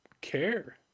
care